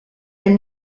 elle